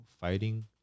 fighting